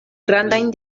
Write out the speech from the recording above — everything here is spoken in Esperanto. grandajn